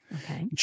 Okay